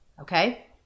okay